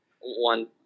one